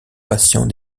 patient